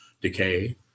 decay